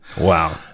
Wow